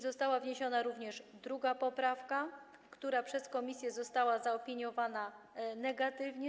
Została wniesiona również druga poprawka, która przez komisję została zaopiniowana negatywnie.